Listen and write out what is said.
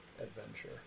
adventure